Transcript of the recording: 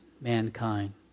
mankind